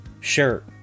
shirt